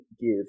give